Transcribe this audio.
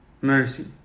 mercy